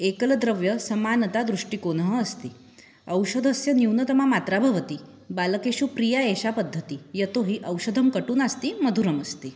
एकलद्रव्य समानता दृष्टिकोनः अस्ति औषधस्य न्यूनतमा मात्रा भवति बालकेषु प्रिया एषा पद्धति यतोहि औषधं कटु नास्ति मधुरमस्ति